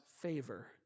favor